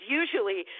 usually